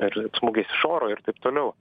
ir smūgiais iš oro ir taip toliau